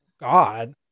God